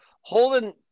holding